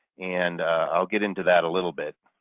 and i'll get into that a little bit,